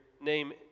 name